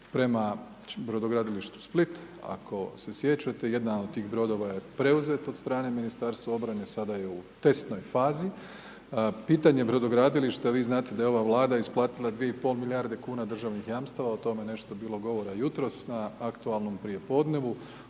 prema brodogradilištu Split, ako se sjećate, jedan od tih brodova je preuzet od strane Ministarstva obrane, sada je u testnoj fazi. Pitanje brodogradilišta, vi znate da je ova Vlada isplatila 2,5 milijarde kuna državnih jamstava, o tome nešto je bilo govora jutros na aktualnom prijepodnevu,